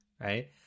right